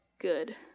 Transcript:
good